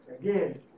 Again